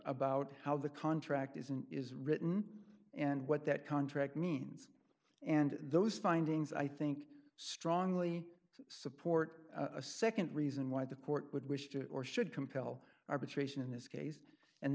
about how the contract is and is written and what that contract means and those findings i think strongly support a nd reason why the court would wish to or should compel arbitration in this case and